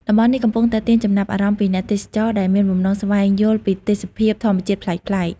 តំបន់នេះកំពុងទាក់ទាញចំណាប់អារម្មណ៍ពីអ្នកទេសចរដែលមានបំណងស្វែងយល់ពីទេសភាពធម្មជាតិប្លែកៗ។